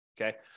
Okay